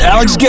Alex